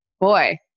boy